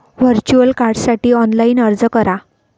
virtual कार्डसाठी online अर्ज करा